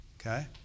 Okay